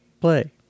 Play